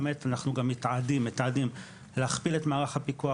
אנחנו גם מתעדים להכפיל את מערך הפיקוח,